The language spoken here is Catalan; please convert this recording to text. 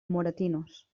moratinos